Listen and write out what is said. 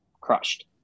crushed